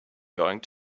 going